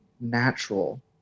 natural